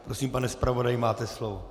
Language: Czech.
Prosím, pane zpravodaji, máte slovo.